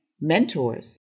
mentors